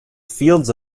fields